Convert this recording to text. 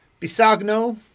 Bisagno